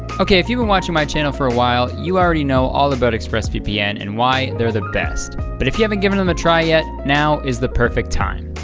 okay. if you've been watching my channel for a while you already know all about express vpn and why they're the best. but if you haven't given them a try yet now is the perfect time.